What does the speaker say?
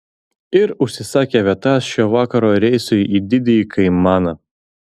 ir užsisakė vietas šio vakaro reisui į didįjį kaimaną